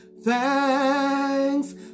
thanks